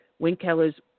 Winkeller's